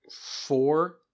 four